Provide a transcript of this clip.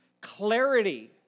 clarity